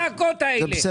בשביל מה הצעקות האלה?